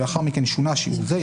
ולאחר מכן שונה שיעור זה,